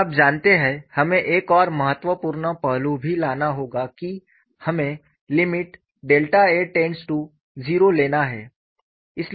और आप जानते हैं हमें एक और महत्वपूर्ण पहलू भी लाना होगा कि हमे लिमिट a0 लेना है